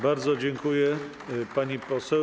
Bardzo dziękuję, pani poseł.